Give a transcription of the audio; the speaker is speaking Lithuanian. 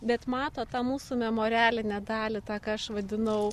bet mato tą mūsų memorialinę dalį tą ką aš vadinau